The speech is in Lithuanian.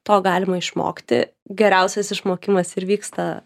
to galima išmokti geriausias išmokimas ir vyksta